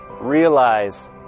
realize